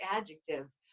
adjectives